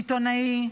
עיתונאי,